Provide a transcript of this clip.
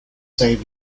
save